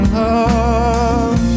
love